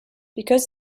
because